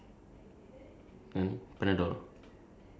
fight it lah cause I take Panadol I take